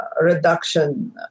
reduction